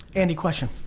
andy, question.